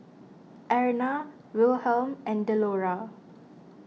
Erna Wilhelm and Delora